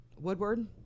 Woodward